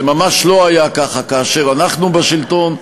זה ממש לא היה ככה כאשר אנחנו בשלטון.